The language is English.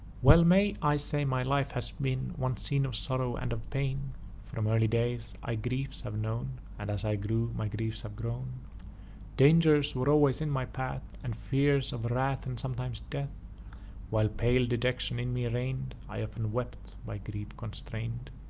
well may i say my life has been one scene of sorrow and of pain from early days i griefs have known, and as i grew my griefs have grown dangers were always in my path and fear so of wrath, and sometimes death while pale dejection in me reign'd i often wept, by grief constrain'd.